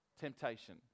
temptation